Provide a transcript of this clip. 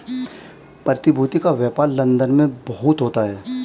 प्रतिभूति का व्यापार लन्दन में बहुत होता है